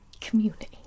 Community